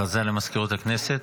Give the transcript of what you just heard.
הודעה למזכירות הכנסת.